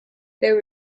there